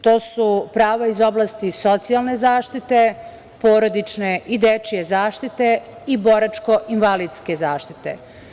To su prava iz oblasti socijalne zaštite, porodične i dečije zaštite i boračko-invalidske zaštite.